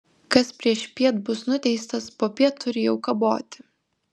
kas priešpiet bus nuteistas popiet turi jau kaboti